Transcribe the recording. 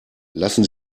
lassen